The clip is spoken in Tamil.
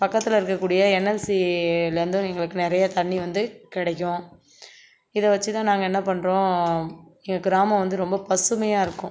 பக்கத்தில் இருக்கக்கூடிய என்எல்சிலேருந்தும் எங்களுக்கு நிறைய தண்ணி வந்து கிடைக்கும் இதை வச்சுதான் நாங்கள் என்ன பண்ணுறோம் எங்கள் கிராமம் வந்து ரொம்ப பசுமையாக இருக்கும்